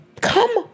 Come